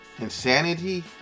insanity